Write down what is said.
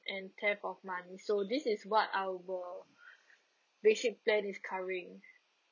and theft of money so this is what our basic plan is covering